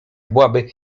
byłaby